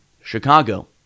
Chicago